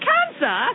Cancer